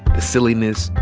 the silliness,